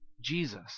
jesus